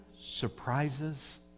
surprises